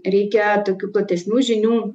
reikia tokių platesnių žinių